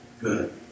good